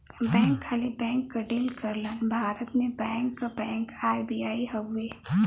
bank खाली bank क deal करलन भारत में बैंक क बैंक आर.बी.आई हउवे